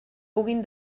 puguin